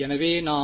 எனவே நாம்